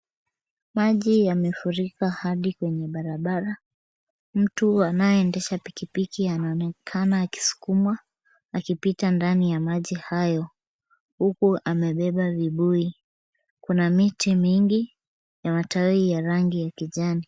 Maji yamefurika hadi kwenye barabara. Mtu anayeendesha pikipiki anaonekana akisukumwa, akipita ndani ya maji hayo, huku amebeba vibuyu. Kuna miti mingi ya matawi ya rangi ya kijani.